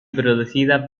producida